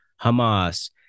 Hamas